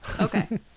Okay